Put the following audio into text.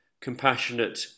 compassionate